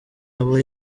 aba